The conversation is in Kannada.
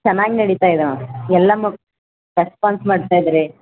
ಚೆನ್ನಾಗಿ ನಡಿತಾ ಇದೆ ಮ್ಯಾಮ್ ಎಲ್ಲ ಮಕ್ ರೆಸ್ಪಾನ್ಸ್ ಮಾಡ್ತಾ ಇದಾರೆ